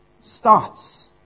starts